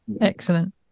Excellent